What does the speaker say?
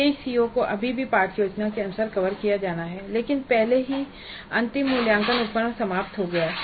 शेष सीओ को अभी भी पाठ योजना के अनुसार कवर किया जाना है लेकिन पहले ही अंतिम मूल्यांकन उपकरण समाप्त हो गया है